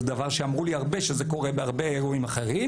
אמרו לי הרבה שזה קורה בהרבה אירועים אחרים